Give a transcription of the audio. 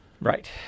Right